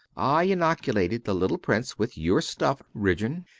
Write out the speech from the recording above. i inoculated the little prince with your stuff, ridgeon,